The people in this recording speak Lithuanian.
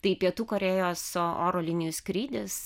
tai pietų korėjos oro linijų skrydis